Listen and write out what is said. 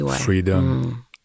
freedom